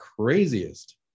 craziest